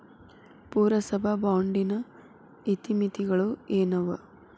ಪುರಸಭಾ ಬಾಂಡಿನ ಇತಿಮಿತಿಗಳು ಏನವ?